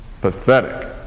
Pathetic